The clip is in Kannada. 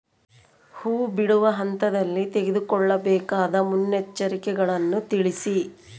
ಹೂ ಬಿಡುವ ಹಂತದಲ್ಲಿ ತೆಗೆದುಕೊಳ್ಳಬೇಕಾದ ಮುನ್ನೆಚ್ಚರಿಕೆಗಳನ್ನು ತಿಳಿಸಿ?